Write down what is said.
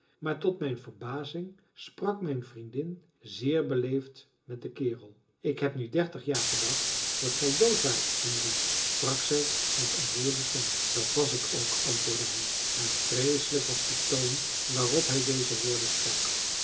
maar tot mijn verbazing sprak mijn vriendin zeer beleefd met den kerel ik heb nu dertig jaar gedacht dat gij dood waart henry sprak zij met ontroerde stem dat was ik ook antwoordde hij en vreeselijk was de toon waarop hij deze woorden sprak